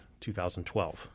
2012